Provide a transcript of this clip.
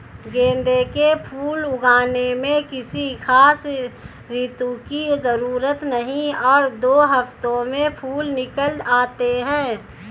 गेंदे के फूल उगाने में किसी खास ऋतू की जरूरत नहीं और दो हफ्तों में फूल निकल आते हैं